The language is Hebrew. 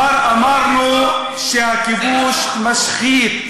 כבר אמרנו שהכיבוש משחית.